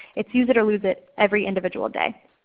it's use it or lose it every individual day.